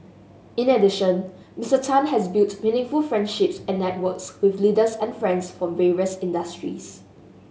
in addition Mister Tan has built meaningful friendships and networks with leaders and friends from various industries